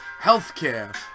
healthcare